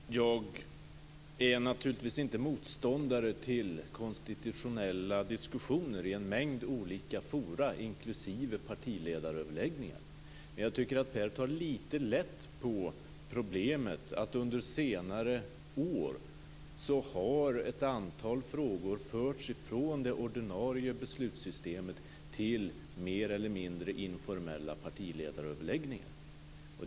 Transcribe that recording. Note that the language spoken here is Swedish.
Fru talman! Jag är naturligtvis inte motståndare till konstitutionella diskussioner i en mängd olika forum inklusive partiledaröverläggningar. Men jag tycker att Per Unckel tar lite lätt på problemet att ett antal frågor under senare år har förts från det ordinarie beslutssystemet till mer eller mindre informella partiledaröverläggningar.